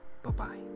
Bye-bye